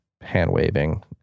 hand-waving